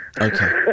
Okay